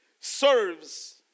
serves